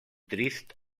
trist